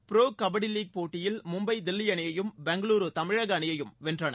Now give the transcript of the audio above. pro kabaddi league போட்டியில் மும்பை தில்லி அணியையும் பெங்களுரு தமிழக அணியையும் வென்றன